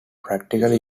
practically